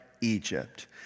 Egypt